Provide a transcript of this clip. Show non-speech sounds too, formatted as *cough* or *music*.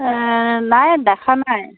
*unintelligible* নাই দেখা নাই